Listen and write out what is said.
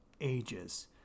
ages